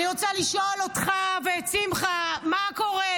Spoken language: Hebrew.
אני רוצה לשאול אותך ואת שמחה: מה קורה?